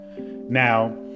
Now